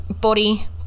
body